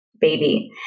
baby